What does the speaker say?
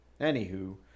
anywho